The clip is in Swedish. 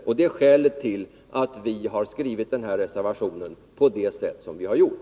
Det är skälen till att vi har skrivit vår reservation på det sätt som vi har gjort.